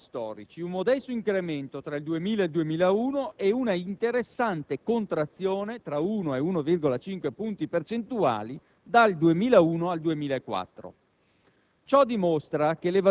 e mostra, nei dati storici, un modesto incremento tra il 2000 e il 2001 e un'interessante contrazione (tra 1 e 1,5 punti percentuali) dal 2001 al 2004.